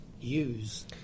use